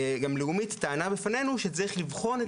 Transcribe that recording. לאומית טענה בפנינו שצריך לבחון את